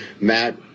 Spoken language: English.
Matt